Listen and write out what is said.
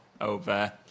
over